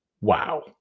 Wow